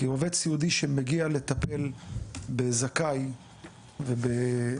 עובד סיעודי שמגיע לטפל בזכאי ובנתמך,